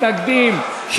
מתנגדים,